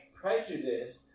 prejudice